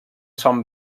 son